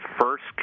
first